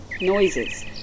noises